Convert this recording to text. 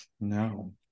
No